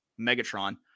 Megatron